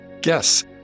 guess